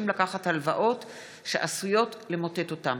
לקחת הלוואות שעשויות למוטט אותם.